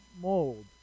mold